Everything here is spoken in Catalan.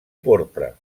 porpra